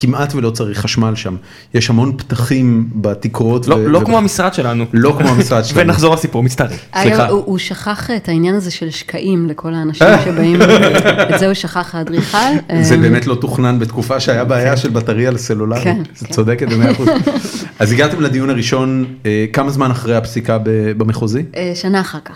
כמעט ולא צריך חשמל שם, יש המון פתחים בתקרות. לא כמו המשרד שלנו. לא כמו המשרד שלנו. ונחזור לסיפור, מצטער. סליחה. הוא שכח את העניין הזה של שקעים לכל האנשים שבאים, את זה הוא שכח, האדריכל. זה באמת לא תוכנן, בתקופה שהיה בעיה של בטריה לסלולר. כן, כן. את צודקת במאה אחוז. אז הגעתם לדיון הראשון, כמה זמן אחרי הפסיקה במחוזי? שנה אחר כך.